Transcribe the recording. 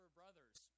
brothers